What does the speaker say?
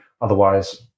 Otherwise